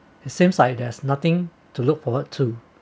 it seems like there's nothing to look forward to